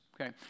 Okay